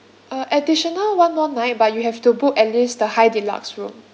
uh additional one more night but you have to book at least the high deluxe room